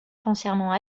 foncièrement